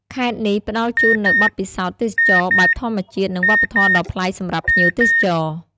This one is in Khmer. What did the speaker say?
ខេត្តនេះផ្តល់ជូននូវបទពិសោធន៍ទេសចរណ៍បែបធម្មជាតិ និងវប្បធម៌ដ៏ប្លែកសម្រាប់ភ្ញៀវទេសចរ។